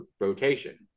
rotation